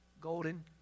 golden